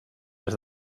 est